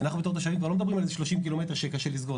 אנחנו בתור תושבים כבר לא מדברים על איזה 30 קילומטר שקשה לסגור.